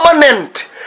permanent